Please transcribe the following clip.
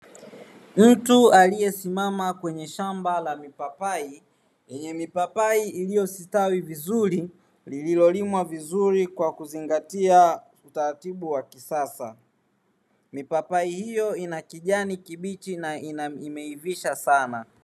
Mtu aliyesimama kwenye shamba la mipapai; lenye mipapai iliyostawi vizuri, lililolimwa vizuri kwa kuzingatia utaratibu wa kisasa. Mipapai hiyo ina kijani kibichi na imeivisha sana.